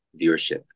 viewership